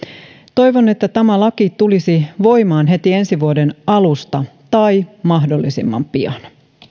toivon että tämä laki tulisi voimaan heti ensi vuoden alusta tai mahdollisimman pian